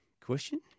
question